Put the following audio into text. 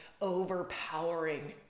overpowering